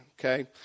okay